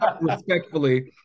respectfully